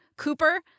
Cooper